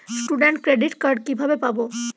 Student credit card কিভাবে পাব?